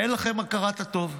אין לכם הכרת הטוב.